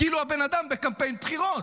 כאילו הבן-אדם בקמפיין בחירות.